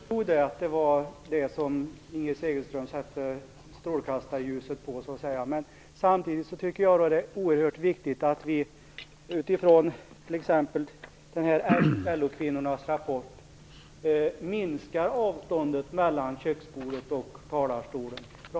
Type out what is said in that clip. Herr talman! Jag förstod att det var detta som Inger Segelström så att säga satte strålkastarljuset på. Men samtidigt är det oerhört viktigt att vi - utifrån t.ex. LO-kvinnornas rapport - minskar avståndet mellan köksbordet och talarstolen.